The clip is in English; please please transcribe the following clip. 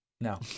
No